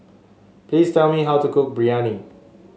please tell me how to cook Biryani